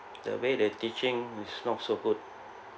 the way they teaching is not so good